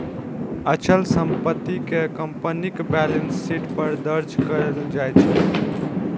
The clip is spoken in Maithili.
अचल संपत्ति कें कंपनीक बैलेंस शीट पर दर्ज कैल जाइ छै